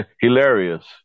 hilarious